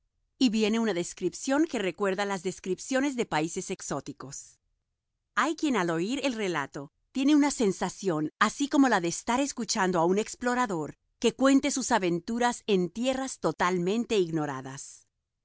y viene una descripción que recuerda las descripciones de países exóticos hay quien al oír el relato tiene una sensación así como la de estar escuchando a un explorador que cuente sus aventuras en tierras totalmente ignoradas